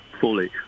fully